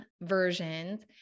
versions